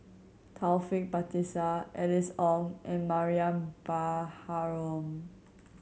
Taufik Batisah Alice Ong and Mariam Baharom